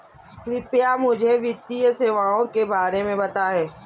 कृपया मुझे वित्तीय सेवाओं के बारे में बताएँ?